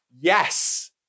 yes